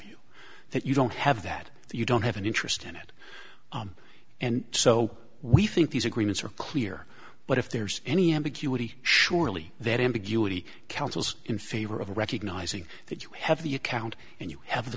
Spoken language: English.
you that you don't have that you don't have an interest in it and so we think these agreements are clear but if there's any ambiguity surely that ambiguity counsels in favor of recognizing that you have the account and you have the